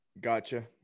Gotcha